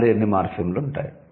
దానిలో ఎన్ని మార్ఫిమ్లు ఉంటాయి